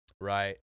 Right